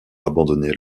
abandonner